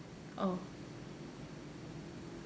oh